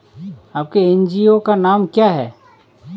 आपके एन.जी.ओ का नाम क्या है?